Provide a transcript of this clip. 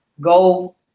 go